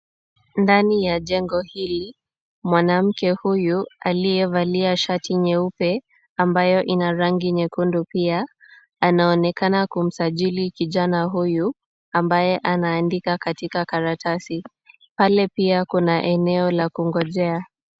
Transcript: Ndani ya jengo hili mwanamke huyu aliyevalia shati nyeupe ambayo ina rangi nyekundu pia anaonekana kumsajili kijana huyu ambaye anaandika katika karatasi. Pale pia kuna eneo la kungojea.